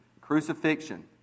Crucifixion